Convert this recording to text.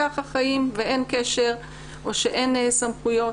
כך חיים ואין קשר או סמכויות.